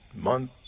Month